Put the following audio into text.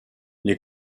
les